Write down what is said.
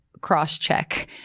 cross-check